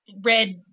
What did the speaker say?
red